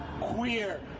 queer